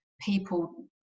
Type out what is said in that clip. people